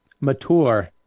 mature